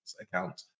account